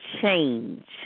change